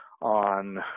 on